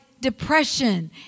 depression